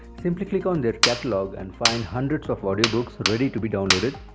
simply click on their catalog and find hundreds of audio books, but ready to be downloaded,